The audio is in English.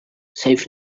saved